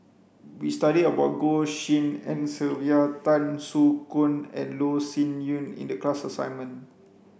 we studied about Goh Tshin En Sylvia Tan Soo Khoon and Loh Sin Yun in the class assignment